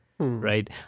Right